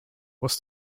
was